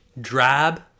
drab